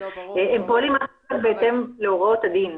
פועלים אך ורק בהתאם להוראות הדין,